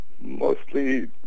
mostly